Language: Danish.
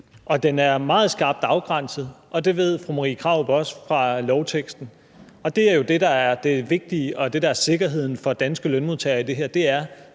den er meget skarpt afgrænset, og det ved fru Marie Krarup også fra lovteksten. Det er jo det, der er det vigtige, og det, der er sikkerheden for danske lønmodtagere i det her: Det er